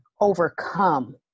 overcome